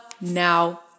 now